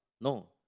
No